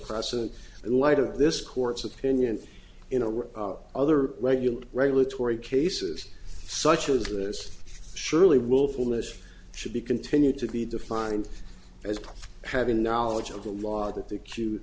precedent in light of this court's opinion you know were other regular regulatory cases such as this surely willfulness should be continued to be defined as having knowledge of the law that the